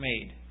made